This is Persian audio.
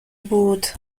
بود